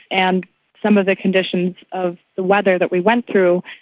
and some of the conditions of the weather that we went through,